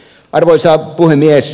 arvoisa puhemies